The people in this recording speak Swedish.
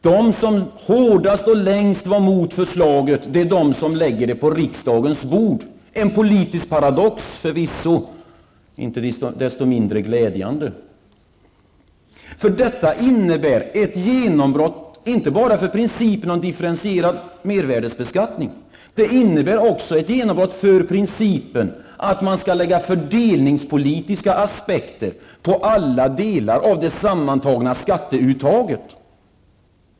De som hårdast och längst var emot förslaget lägger nu fram det på riksdagens bord -- förvisso en politisk paradox, men inte desto mindre glädjande. Detta innebär ett genombrott, inte bara för principen om differentierad mervärdesbeskattning, utan också ett genombrott för principen om att man skall lägga fördelningspolitiska aspekter på alla delar av det sammantagna skatteuttaget.